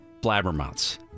blabbermouths